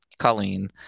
colleen